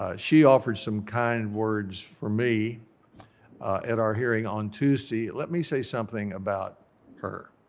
ah she offered some kind words for me at our hearing on tuesday. let me say something about her.